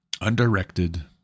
undirected